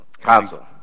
council